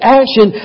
action